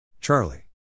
Charlie